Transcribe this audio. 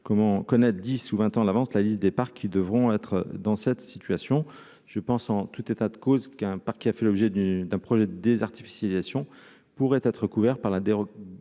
comment connaître 10 ou 20 ans à l'avance la liste des parcs qui devront être dans cette situation, je pense, en tout état de cause, qu'un parc qui a fait l'objet d'une d'un projet des artificialisation pourraient être couvert par la des dérogations